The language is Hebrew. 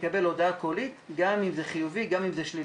מקבלים דו"ח לגבי כל הפניות הקיימות בתוך המערכת,